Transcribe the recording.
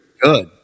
good